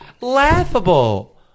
Laughable